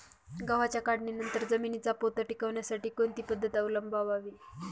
गव्हाच्या काढणीनंतर जमिनीचा पोत टिकवण्यासाठी कोणती पद्धत अवलंबवावी?